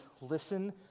listen